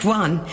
one